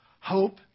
Hope